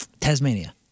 Tasmania